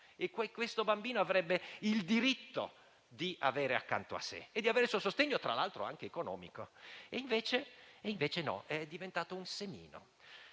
bambino; bambino che avrebbe il diritto di averlo accanto a sé e di riceverne sostegno, tra l'altro anche economico. Invece no: è diventato un semino.